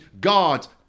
God's